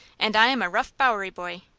and i am a rough bowery boy.